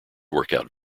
workout